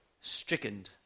stricken